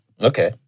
Okay